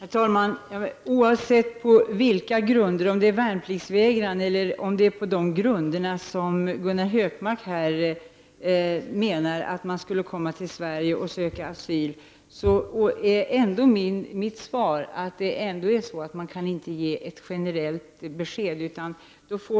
Herr talman! Oavsett på vilka grunder — om det är värnpliktsvägran eller de grunder som Gunnar Hökmark här anför — som dessa balter kommer till Sverige och söker asyl, är mitt svar att det inte går att ge ett generellt besked utan att